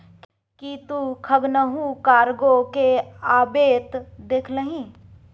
कि तु कखनहुँ कार्गो केँ अबैत देखलिही?